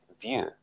view